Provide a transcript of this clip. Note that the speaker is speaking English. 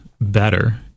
better